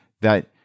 that-